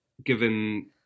Given